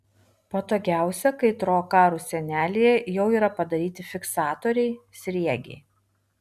patogiausia kai troakarų sienelėje jau yra padaryti fiksatoriai sriegiai